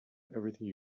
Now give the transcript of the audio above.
everything